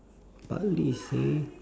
bartley seh